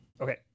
Okay